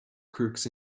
crooks